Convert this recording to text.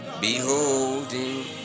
Beholding